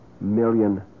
million